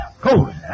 Go